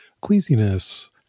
queasiness